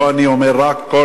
לא רק אני אומר את זה,